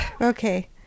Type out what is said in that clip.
okay